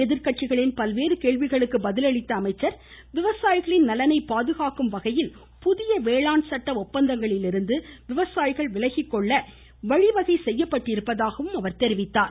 எதிர்க்கட்சிகளின் பல்வேறு கேள்விகளுக்கு பதில் அளித்த அமைச்சர் விவசாயிகளின் நலனை பாதுகாக்கும் வகையில் புதிய வேளாண் சட்ட ஒப்பந்தங்களிலிருந்து விவசாயிகள் விலகி கொள்ள வழிவகை செய்யப்பட்டிருப்பதாகவும் அவர் கூறினார்